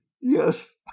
Yes